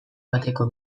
bateko